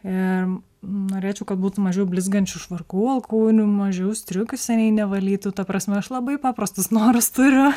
ir norėčiau kad būtų mažiau blizgančių švarkų alkūnių mažiau striukių seniai nevalytų ta prasme aš labai paprastus norus turiu